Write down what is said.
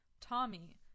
Tommy